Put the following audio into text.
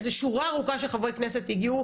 איזה שורה ארוכה של חברי כנסת הגיעו,